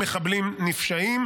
מחבלים נפשעים,